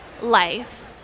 Life